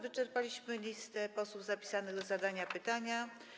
Wyczerpaliśmy listę posłów zapisanych do zadania pytania.